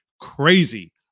crazy